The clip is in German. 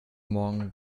morgen